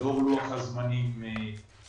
(הצגת מצגת)